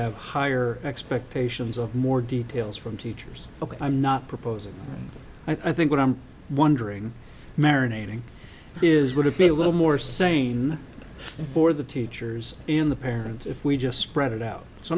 have higher expectations of more details from teachers but i'm not proposing i think what i'm wondering marinating is would have been a little more sane for the teachers in the parent if we just spread it out so